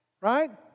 right